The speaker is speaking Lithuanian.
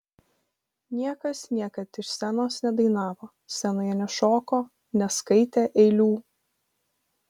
niekas niekad iš scenos nedainavo scenoje nešoko neskaitė eilių